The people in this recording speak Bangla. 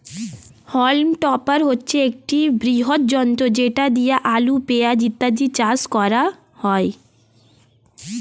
হল্ম টপার হচ্ছে একটি বৃহৎ যন্ত্র যেটা দিয়ে আলু, পেঁয়াজ ইত্যাদি চাষ করা হয়